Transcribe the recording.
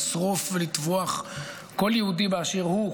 לשרוף ולטבוח כל יהודי באשר הוא.